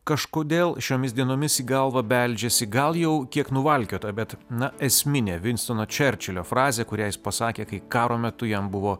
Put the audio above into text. kažkodėl šiomis dienomis į galvą beldžiasi gal jau kiek nuvalkiota bet na esminė vinstono čerčilio frazė kurią jis pasakė kai karo metu jam buvo